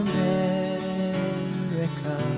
America